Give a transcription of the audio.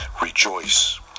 rejoice